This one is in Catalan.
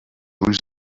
ulls